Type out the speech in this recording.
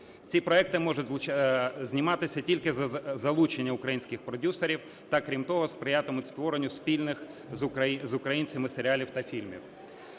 Ці проекти можуть зніматися тільки з залученням українських продюсерів та крім того, сприятимуть створенню спільних з українцями серіалів та фільмів.